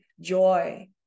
joy